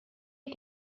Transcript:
est